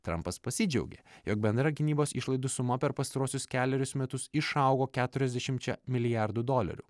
trampas pasidžiaugė jog bendra gynybos išlaidų suma per pastaruosius kelerius metus išaugo keturiasdešimčia milijardų dolerių